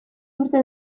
urte